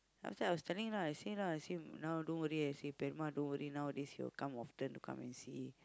then after that I was telling lah I say lah see now don't worry I say don't worry nowadays he will come often to come and see